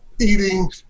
eating